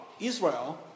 Israel